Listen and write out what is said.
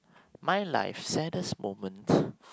my life saddest moment